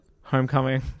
Homecoming